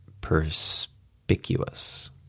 perspicuous